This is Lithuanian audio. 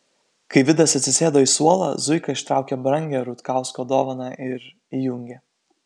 kai vidas atsisėdo į suolą zuika ištraukė brangią rutkausko dovaną ir įjungė